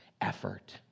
effort